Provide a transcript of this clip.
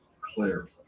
clear